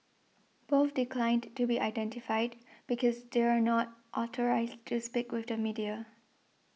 both declined to be identified because they are not authorised to speak with the media